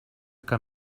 cap